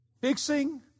fixing